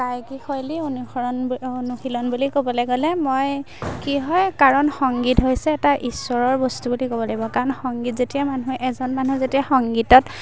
গায়কী শৈলী অনুসৰণ অনুশীলন বুলি ক'বলে গ'লে মই কি হয় কাৰণ সংগীত হৈছে এটা ঈশ্বৰৰ বস্তু বুলি ক'ব লাগিব কাৰণ সংগীত যেতিয়া মানুহে এজন মানুহ যেতিয়া সংগীতত